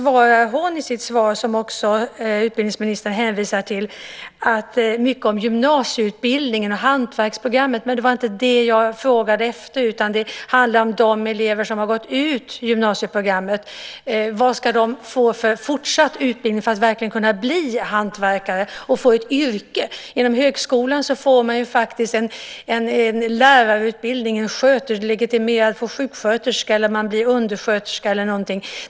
Hon säger i sitt svar, som också utbildningsministern hänvisar till, mycket om gymnasieutbildningen och hantverksprogrammet. Men det var inte vad jag frågade efter. Det handlar om de elever som har gått ut gymnasieprogrammet. Hur ska de få en fortsatt utbildning för att verkligen kunna bli hantverkare och få ett yrke? Inom högskolan får man en lärarutbildning, blir legitimerad sjuksköterska, undersköterska eller någonting.